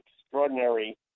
extraordinary